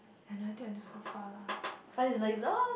I never think until so far lah